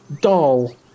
doll